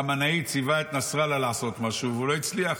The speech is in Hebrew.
חמינאי ציווה את נאסראללה לעשות משהו והוא לא הצליח,